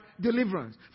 deliverance